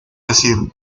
decir